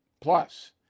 Plus